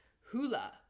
Hula